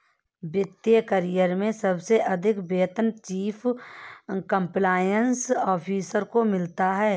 वित्त करियर में सबसे अधिक वेतन चीफ कंप्लायंस ऑफिसर को मिलता है